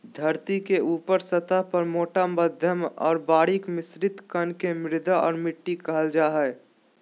धरतीके ऊपरी सतह पर मोटा मध्यम और बारीक मिश्रित कण के मृदा और मिट्टी कहल जा हइ